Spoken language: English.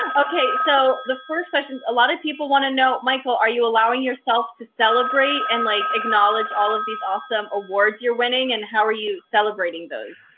okay, so the first question, a lot of people wanna know, michael, are you allowing yourself to celebrate and like acknowledge all of these awesome awards you're winning and how are you celebrating those?